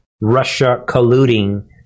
Russia-colluding